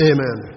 Amen